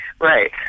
Right